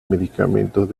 medicamentos